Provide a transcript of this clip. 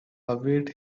await